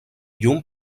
llum